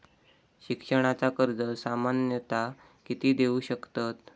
शिक्षणाचा कर्ज सामन्यता किती देऊ शकतत?